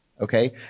okay